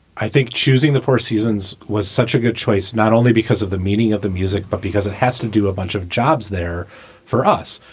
i think choosing the four seasons was such a good choice, not only because of the meaning of the music, but because it has to do a bunch of jobs there for us.